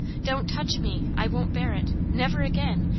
don't touch me. i won't bear it. never again.